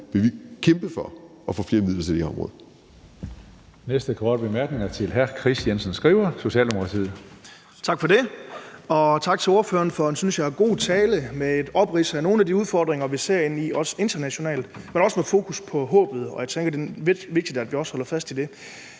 vil vi kæmpe for at få flere midler til det område.